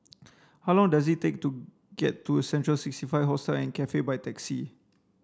how long does it take to get to Central sixty five Hostel Cafe by taxi